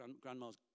grandma's